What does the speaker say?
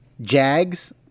Jags